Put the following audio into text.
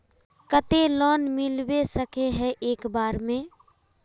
केते लोन मिलबे सके है एक बार में?